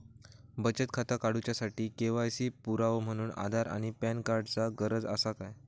बचत खाता काडुच्या साठी के.वाय.सी पुरावो म्हणून आधार आणि पॅन कार्ड चा गरज आसा काय?